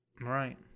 right